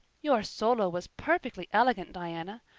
your solo was perfectly elegant, diana.